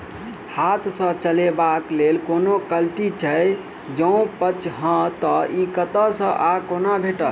हाथ सऽ चलेबाक लेल कोनों कल्टी छै, जौंपच हाँ तऽ, इ कतह सऽ आ कोना भेटत?